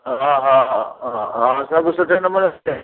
हा हा हा हा हा न सभु सुठे नमूने